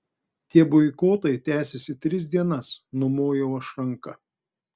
tie boikotai tęsiasi tris dienas numoju aš ranka